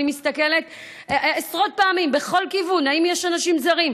אני מסתכלת עשרות פעמים בכל כיוון אם יש אנשים זרים.